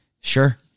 sure